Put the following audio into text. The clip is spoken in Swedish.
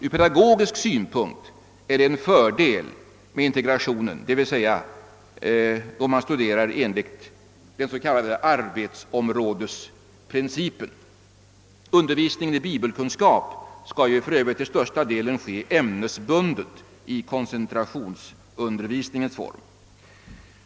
Ur pedagogisk synpunkt är det en fördel med integrationen, d.v.s. då man studerar enligt den så kallade arbetsområdesprincipen. Undervisningen i bibelkunskap skall för övrigt till största delen lämnas ämnesbundet i koncentrationsundervisningens form.